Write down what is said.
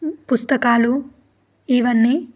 పుస్తకాలు ఇవన్నీ